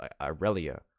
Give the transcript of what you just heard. Irelia